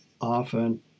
often